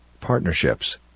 partnerships